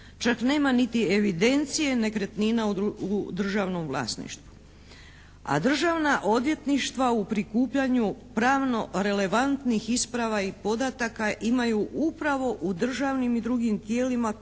Čak nema niti evidencije nekretnina u državnom vlasništvu. A državna odvjetništva u prikupljanju pravno relevantnih isprava i podataka imaju upravo u državnim i drugim tijelima koja